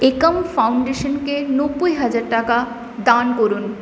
একাম ফাউন্ডেশনকে নব্বই হাজার টাকা দান করুন